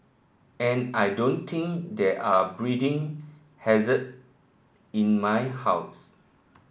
and I don't think there are breeding hazard in my house